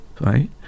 right